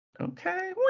okay